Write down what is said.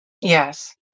Yes